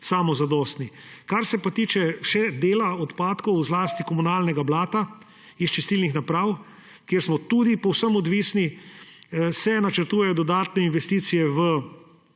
samozadostni. Kar se pa tiče še dela odpadkov, zlasti komunalnega blata iz čistilnih naprav, kjer smo tudi povsem odvisni, se načrtuje dodatne investicije v